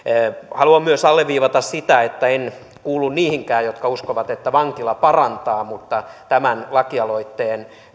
haluan myös alleviivata sitä että en kuulu niihinkään jotka uskovat että vankila parantaa mutta tämän lakialoitteen